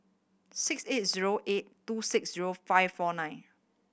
six eight zero eight two six zero five four nine